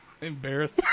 embarrassed